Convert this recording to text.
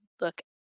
look